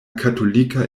katolika